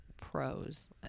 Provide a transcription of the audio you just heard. pros